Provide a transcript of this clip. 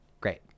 great